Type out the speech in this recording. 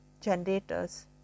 generators